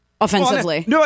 offensively